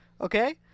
Okay